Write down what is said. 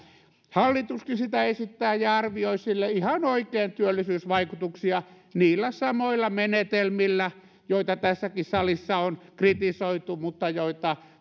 hallituskin sitä esittää ja arvioi sille ihan oikein työllisyysvaikutuksia niillä samoilla menetelmillä joita tässäkin salissa on kritisoitu mutta joita